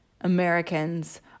Americans